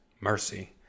mercy